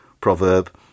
proverb